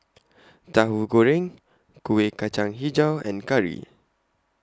Tahu Goreng Kuih Kacang Hijau and Curry